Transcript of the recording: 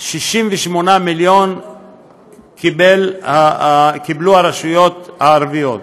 68 מיליון קיבלו הרשויות הערביות,